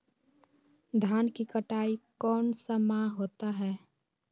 धान की कटाई कौन सा माह होता है?